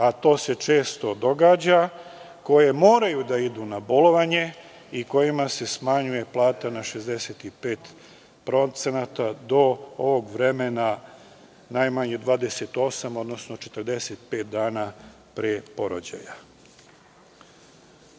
a to se često događa, koje moraju da idu na bolovanje i kojima se smanjuje plata na 65% do ovog vremena najmanje 28, odnosno 45 dana pre porođaja? Drugo